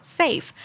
safe